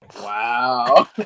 Wow